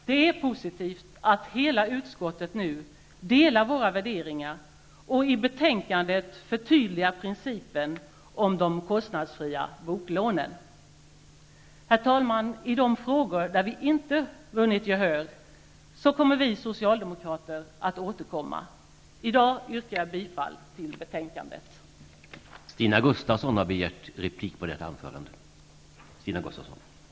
Det är positivt att hela utskottet nu delar våra värderingar och i betänkandet förtydligar principen om de kostnadsfria boklånen. Herr talman! I de frågor där vi inte vunnit gehör kommer vi socialdemokrater att återkomma. I dag yrkar jag bifall till utskottets hemställan.